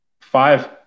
five